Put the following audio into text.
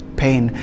pain